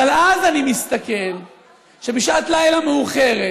אבל אז אני רואה שבשעת לילה מאוחרת